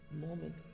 moment